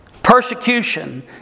Persecution